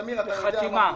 תמיר, אתה יודע על מה מדובר.